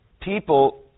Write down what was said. People